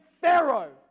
Pharaoh